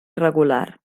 irregular